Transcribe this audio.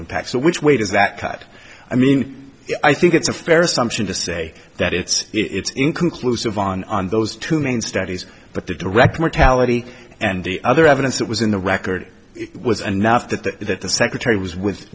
impact so which way does that cut i mean i think it's a fair assumption to say that it's it's inconclusive on those two main studies but the direct mortality and the other evidence that was in the record was enough that the secretary was with